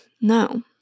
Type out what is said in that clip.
No